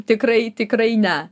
tikrai tikrai ne